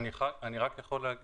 אני רק יכול לומר